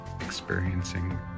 experiencing